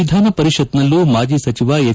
ವಿಧಾನ ಪರಿಷತ್ನಲ್ಲೂ ಮಾಜಿ ಸಚಿವ ಎಚ್